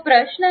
प्रश्न आहे